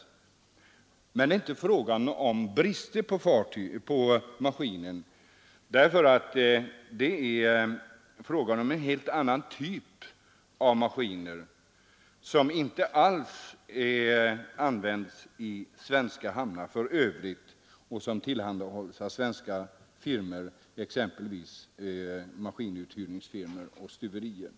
Men det är inte fråga om brister på maskinen därför att det rör sig om en helt annan typ av maskiner, som inte alls användes i svenska hamnar och som inte tillhandahålls av svenska maskinuthyrningsfirmor och stuverier.